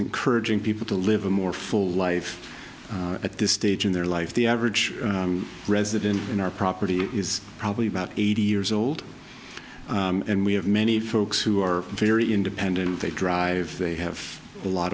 encouraging people to live a more full life at this stage in their life the average resident in our property is probably about eighty years old and we have many folks who are very independent they drive they have a lot